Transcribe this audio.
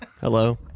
hello